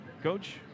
Coach